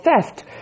theft